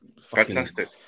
Fantastic